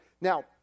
Now